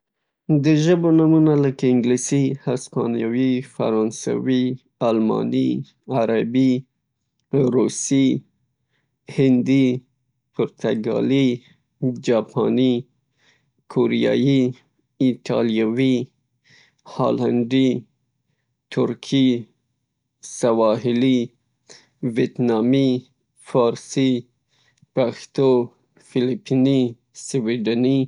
د ژبو نومونه لکه انګلیسی، هسپانیوي، فرانسوي، آلماني، عربي، روسي، هندي، پرتګالي، جاپاني، کوریايي، ایټالیوي، هالندي، ترکي، سواحلي، ویټنامي، فارسي، پښتو، فلیپیني، سویډني.